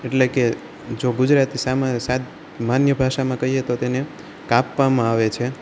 એટલે કે જો ગુજરાતી માન્ય ભાષામાં કહીએ તો તેને કાપવામાં આવે છે